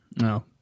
No